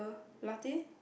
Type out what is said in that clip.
the Latte